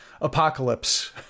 apocalypse